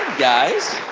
guys.